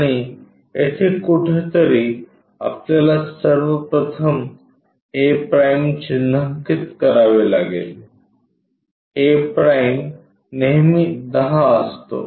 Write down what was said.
आणि येथे कुठेतरी आपल्याला सर्वप्रथम a' चिन्हांकित करावे लागेल a' नेहमी 10 असतो